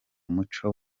muco